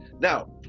now